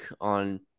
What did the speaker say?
on